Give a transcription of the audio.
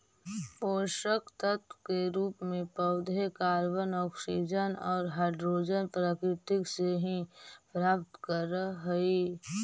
पोषकतत्व के रूप में पौधे कॉर्बन, ऑक्सीजन और हाइड्रोजन प्रकृति से ही प्राप्त करअ हई